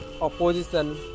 opposition